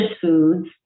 foods